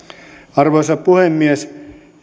arvoisa puhemies